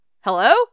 hello